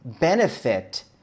Benefit